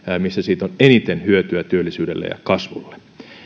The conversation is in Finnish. missä siitä on eniten hyötyä työllisyydelle ja kasvulle